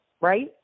right